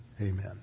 Amen